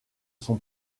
son